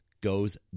goes